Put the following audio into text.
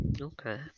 okay